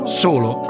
solo